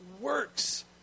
works